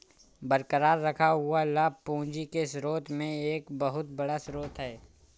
बरकरार रखा हुआ लाभ पूंजी के स्रोत में एक बहुत बड़ा स्रोत है